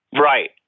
right